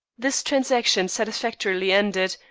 this transaction satisfactorily ended,